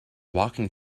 walking